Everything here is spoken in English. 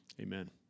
Amen